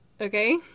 okay